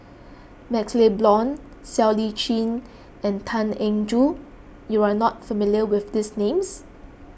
MaxLe Blond Siow Lee Chin and Tan Eng Joo you are not familiar with these names